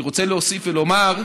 אני רוצה להוסיף ולומר,